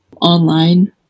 online